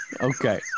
Okay